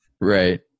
Right